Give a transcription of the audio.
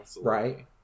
right